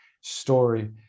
story